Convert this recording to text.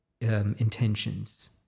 intentions